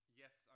yes